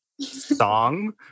song